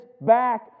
back